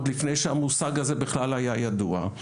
עוד לפני שהמושג הזה בכלל היה ידוע.